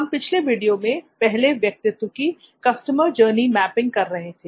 हम पिछले वीडियो में पहले व्यक्तित्व की कस्टमर जर्नी मैपिंग कर रहे थे